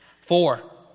Four